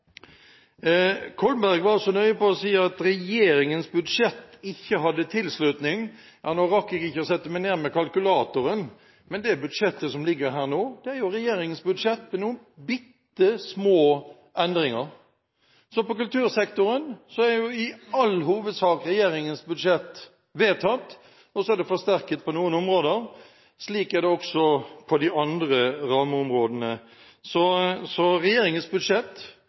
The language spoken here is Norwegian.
Kolberg var nøye med å si at regjeringens budsjett ikke hadde tilslutning. Nå rakk jeg ikke å sette meg ned med kalkulatoren, men det budsjettet som ligger her nå, er regjeringens budsjett, med noen bittesmå endringer. På kultursektoren er i all hovedsak regjeringens budsjett vedtatt, og så er det forsterket på noen områder. Slik er det også på de andre rammeområdene. Regjeringens budsjett